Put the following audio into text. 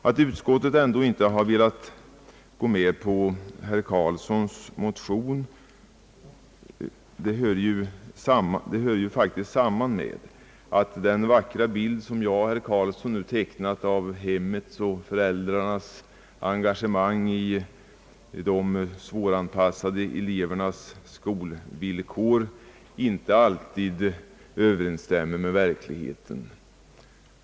Att utskottet inte har velat gå med på herr Carlssons motion hör ju faktiskt samman med att den vackra bild som herr Carlsson och jag tecknat av hemmets och föräldrarnas engagemang för de svåranpassade elevernas skolvillkor inte alltid överensstämmer med verkligheten.